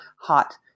hot